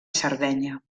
sardenya